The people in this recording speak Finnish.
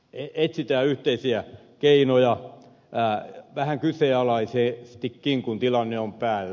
etsitään yhteisiä keinoja vähän kyseenalaisestikin kun tilanne on päällä